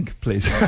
please